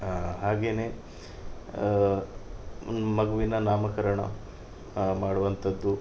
ಹಾಗೇನೆ ಮಗುವಿನ ನಾಮಕರಣ ಮಾಡುವಂಥದ್ದು